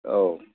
औ